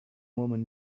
woman